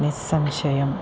निस्संशयम्